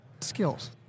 Skills